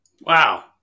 Wow